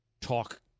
talk